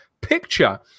picture